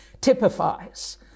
typifies